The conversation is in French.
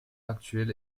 actuel